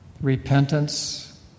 repentance